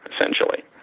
essentially